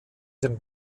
den